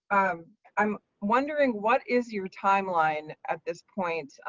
um i'm wondering what is your timeline at this point?